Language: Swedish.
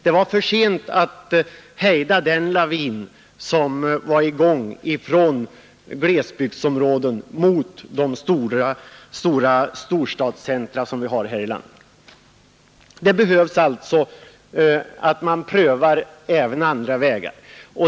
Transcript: Det var för sent att hejda den lavin som satts i gång från glesbygdsområdena mot de storstadscentra som vi har i landet. Vi bör pröva även andra vägar.